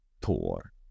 tour